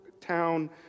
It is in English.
town